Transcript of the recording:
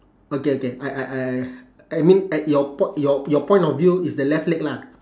okay okay I I I I I mean I your po~ your your point of view is the left leg lah